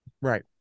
Right